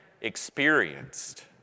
experienced